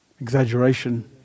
exaggeration